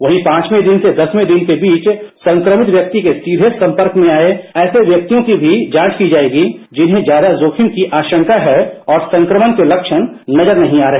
वहीं पांचवें दिन से दसवें दिन के बीच संक्रमण व्यक्ति के सीधे सम्पर्क में आए ऐसे व्यक्तियों की भी जांच की जाएगी जिन्हें ज्यादा जोखिम की आशंका है और संक्रमण के लक्षण नजर नहीं आ रहे